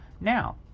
Now